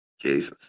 Jesus